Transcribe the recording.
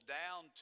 down